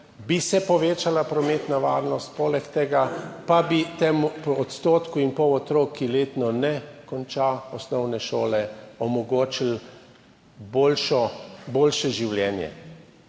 bi se povečala prometna varnost, poleg tega pa bi temu odstotku in pol otrok, ki letno ne končajo osnovne šole, omogočili boljše življenje,